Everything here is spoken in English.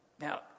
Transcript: Now